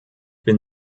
bin